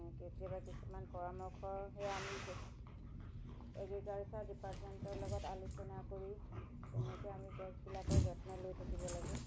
কেতিয়াবা কিছুমান পৰামৰ্শ সেই আমি এগ্ৰিকালচাৰ ডিপাৰ্টমেণ্টৰ লগত আলোচনা কৰি তেনেকৈ আমি গছবিলাকৰ যত্ন লৈ থাকিব লাগে